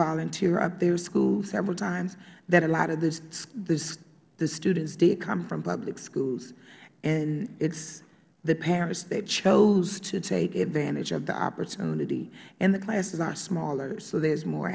volunteer up at their school several times that a lot of the students did come from public schools and it is the parents that chose to take advantage of the opportunity and the classes are smaller so there is more